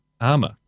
armor